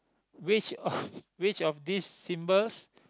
which of which of these symbols